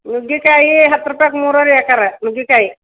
ನುಗ್ಗೇಕಾಯಿ ಹತ್ತು ರುಪಾಯ್ಗೆ ಮೂರು ರೀ ಅಕ್ಕಾರ ನುಗ್ಗೇಕಾಯಿ